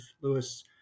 lewis